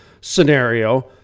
scenario